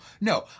no